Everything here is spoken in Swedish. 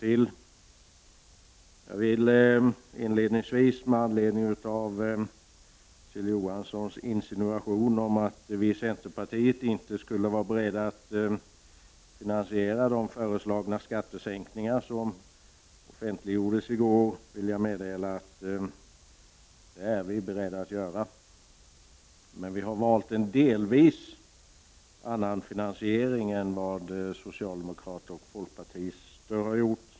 Inledningsvis vill jag med anledning av Kjell Johanssons insinuation om att vi i centerpartiet inte skulle vara beredda att finansiera de föreslagna skattesänkningarna, som offentliggjordes i går, meddela att vi är beredda att göra det. Vi har dock valt en delvis annan finansiering än socialdemokrater och folkpartister har gjort.